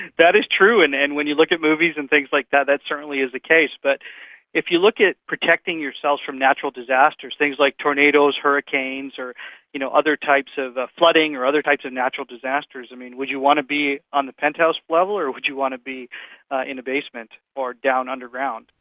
that is true, and and when you look at movies and things like that, that certainly is the case. but if you look at protecting yourself from natural disasters, things like tornadoes, hurricanes, or you know other types of of flooding or other types of natural disasters, would you want to be on the penthouse level or would you want to be in the basement or down underground?